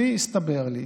הסתבר לי,